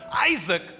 Isaac